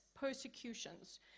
persecutions